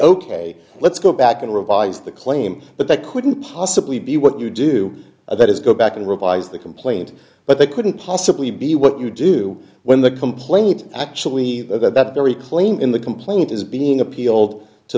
ok let's go back and revise the claim but that couldn't possibly be what you do that is go back and revise the complaint but they couldn't possibly be what you do when the complaint actually that that very claim in the complaint is being appealed to